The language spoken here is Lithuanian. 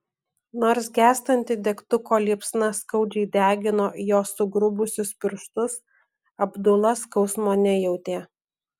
nors gęstanti degtuko liepsna skaudžiai degino jo sugrubusius pirštus abdula skausmo nejautė